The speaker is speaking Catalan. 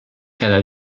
cada